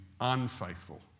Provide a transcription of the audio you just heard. unfaithful